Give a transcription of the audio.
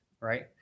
right